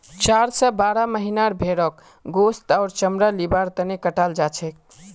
चार स बारह महीनार भेंड़क गोस्त आर चमड़ा लिबार तने कटाल जाछेक